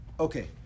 Okay